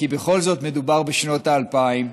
כי בכל זאת מדובר בשנות האלפיים,